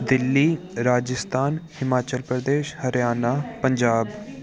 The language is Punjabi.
ਦਿੱਲੀ ਰਾਜਸਥਾਨ ਹਿਮਾਚਲ ਪ੍ਰਦੇਸ਼ ਹਰਿਆਣਾ ਪੰਜਾਬ